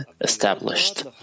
established